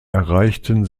erreichten